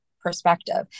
perspective